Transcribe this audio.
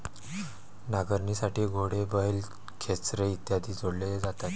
नांगरणीसाठी घोडे, बैल, खेचरे इत्यादी जोडले जातात